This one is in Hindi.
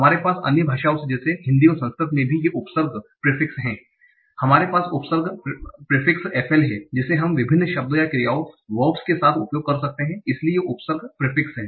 हमारे पास अन्य भाषाओं जैसे हिंदी और संस्कृत में भी ये उपसर्ग प्रिफिक्स हमारे पास उपसर्ग प्रिफिक्स FL हैं जिसे हम विभिन्न शब्दों या क्रियाओं के साथ उपयोग कर सकते हैं इसलिए ये उपसर्ग प्रिफिक्स हैं